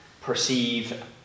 perceive